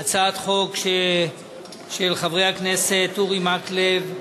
הצעת חוק של חברי הכנסת אורי מקלב,